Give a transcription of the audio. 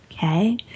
Okay